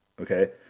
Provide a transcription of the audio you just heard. Okay